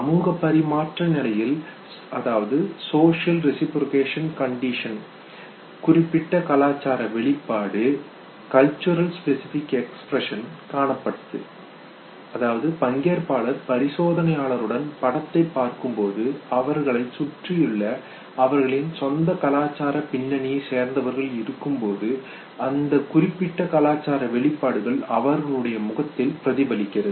சமூக பரிமாற்ற நிலையில் சோசியல் ரெசிப்ரோகேஷன் கண்டிஷன் குறிப்பிட்ட கலாச்சார வெளிப்பாடு கல்சர் ஸ்பெசிபிக் எக்ஸ்பிரஷன் காணப்பட்டது அதாவது பங்கேற்பாளர் பரிசோதனையாளருடன் படத்தை பார்க்கும் பொழுது அவர்களைச் சுற்றியுள்ள அவர்களின் சொந்த கலாச்சாரப் பின்னணியை சேர்ந்தவர்கள் இருக்கும்போது அந்த குறிப்பிட்ட கலாச்சார வெளிப்பாடுகள் அவர்களுடைய முகத்தில் பிரதிபலிக்கிறது